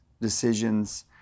decisions